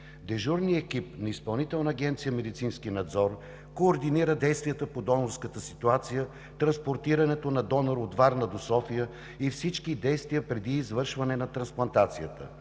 „Медицински надзор“ координира действията по донорската ситуация, транспортирането на донора от Варна до София и всички действия преди извършване на трансплантацията.